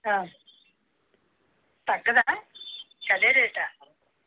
తగ్గదా అదే రేటా